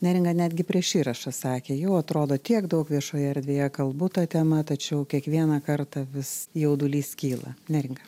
neringa netgi prieš įrašą sakė jau atrodo tiek daug viešoje erdvėje kalbu ta tema tačiau kiekvieną kartą vis jaudulys kyla neringa